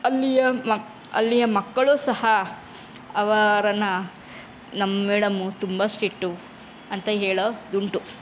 ಅಲ್ಲಿಯ ಮ ಅಲ್ಲಿಯ ಮಕ್ಕಳು ಸಹ ಅವರನ್ನು ನಮ್ಮ ಮೇಡಮ್ಮು ತುಂಬ ಸ್ಟ್ರಿಟ್ಟು ಅಂತ ಹೇಳೋದುಂಟು